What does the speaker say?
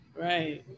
right